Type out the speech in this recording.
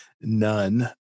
None